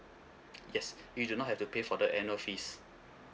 yes you do not have to pay for the annual fees